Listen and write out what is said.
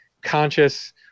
conscious